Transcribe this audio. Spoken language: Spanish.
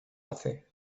hace